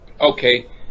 Okay